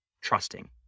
trusting